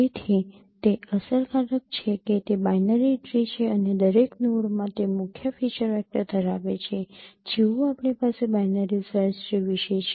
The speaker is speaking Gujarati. તેથી તે અસરકારક છે કે તે બાઇનરી ટ્રી છે અને દરેક નોડમાં તે મુખ્ય ફીચર વેક્ટર ધરાવે છે જેવું આપણી પાસે બાઈનરી સર્ચ ટ્રી વિશે જે છે